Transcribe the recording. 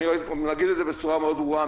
אגיד את זה בצורה מאוד ברורה,